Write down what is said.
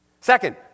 Second